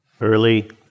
Early